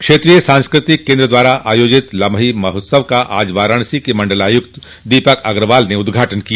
क्षेत्रीय सांस्कृतिक केन्द्र द्वारा आयोजित लमही महोत्सव का आज वाराणसी के मंडलायुक्त दीपक अग्रवाल ने उद्घाटन किया